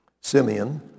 Simeon